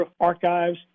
archives